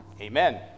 Amen